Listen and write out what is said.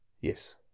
Yes